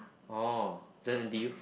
orh then N_T_U